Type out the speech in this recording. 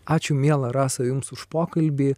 ačiū miela rasa jums už pokalbį